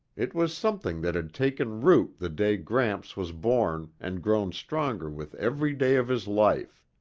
it was something that had taken root the day gramps was born and grown stronger with every day of his life.